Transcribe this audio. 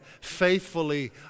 faithfully